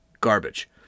garbage